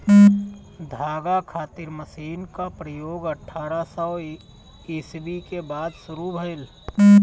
धागा खातिर मशीन क प्रयोग अठारह सौ ईस्वी के बाद शुरू भइल